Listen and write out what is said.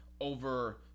over